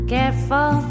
Careful